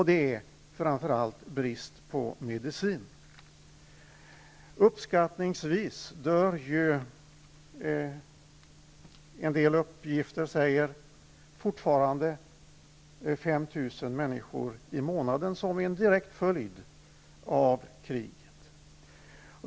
Det är framför allt brist på medicin. Uppskattningsvis dör enligt en del uppgifter fortfarande ungefär 5 000 människor i månaden som en direkt följd av kriget.